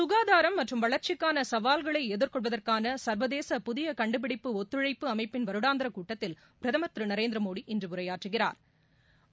சுகாதாரம் மற்றும் வளர்ச்சிக்கான சவால்களை எதிர்கொள்வதற்கான சர்வதேச புதிய கண்டுபிடிப்பு ஒத்துழைப்பு அமைப்பின் வருடாந்திர கூட்டத்தில் பிரதமா் திரு நரேந்திரமோடி இன்று உரையாற்றுகிறாா்